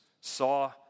saw